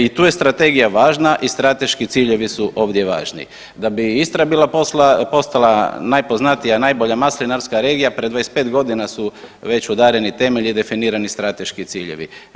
I tu je strategija važna i strateški ciljevi su ovdje važni, da bi Istra postala najpoznatija, najbolja maslinarska regija pred 25 godina su već udareni temelji i definirani strateški ciljevi.